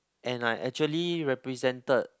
and I actually represented